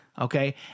okay